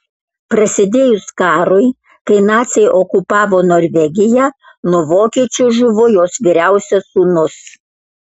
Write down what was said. prasidėjus karui kai naciai okupavo norvegiją nuo vokiečių žuvo jos vyriausias sūnus